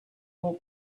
more